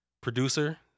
producer